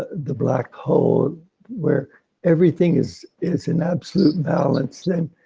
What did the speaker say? the black hole where everything is, is in absolute balance then,